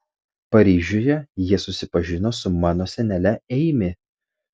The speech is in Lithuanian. paryžiuje jis susipažino su mano senele eimi